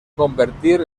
convertir